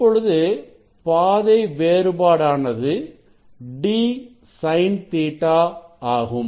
இப்பொழுது பாதை வேறுபாடானது d sin Ɵ ஆகும்